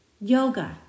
yoga